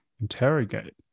interrogate